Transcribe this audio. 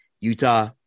Utah